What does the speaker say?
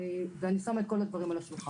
ואני שמה את כל הדברים על השולחן.